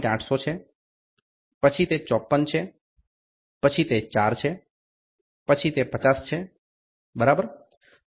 800 છે પછી તે 54 છે પછી તે 4 છે પછી તે 50 છે બરાબર